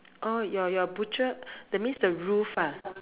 oh your your butcher that means the roof ah